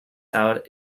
out